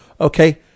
Okay